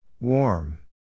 Warm